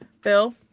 Phil